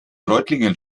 reutlingen